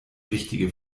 richtige